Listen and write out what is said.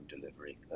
delivery